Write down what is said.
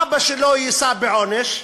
אבא שלו יישא בעונש,